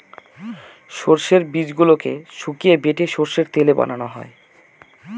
সর্ষের বীজগুলোকে শুকিয়ে বেটে সর্ষের তেল বানানো হয়